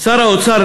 שר האוצר,